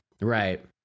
Right